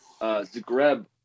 Zagreb